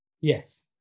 Yes